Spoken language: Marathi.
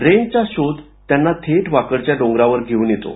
रेंजचा शोध त्यांना थेट वाकडच्या डोंगरांवर घेऊन येतो